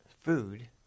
food